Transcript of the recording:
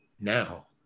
now